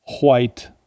white